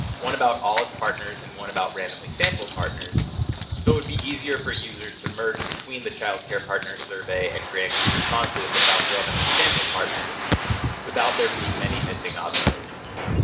one about all its partners and one about randomly sampled partners so it would be easier for users to merge between the child care partner survey and grantee responses about randomly sampled partners without there being many missing observations.